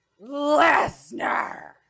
Lesnar